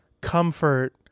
comfort